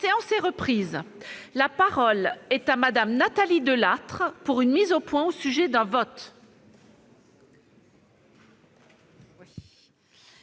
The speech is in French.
séance est reprise. La parole est à Mme Nathalie Delattre, pour une mise au point au sujet de votes.